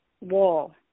wall